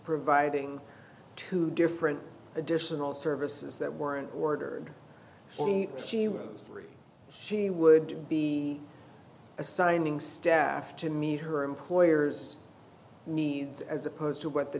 providing two different additional services that weren't ordered she was free she would be assigning staff to meet her employer's needs as opposed to what the